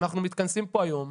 ואנחנו מתכנסים פה היום,